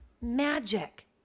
magic